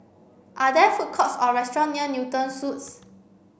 are there food courts or restaurants near Newton Suites